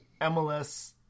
MLS